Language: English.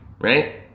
right